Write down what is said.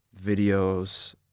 videos